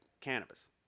cannabis